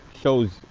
shows